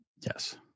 yes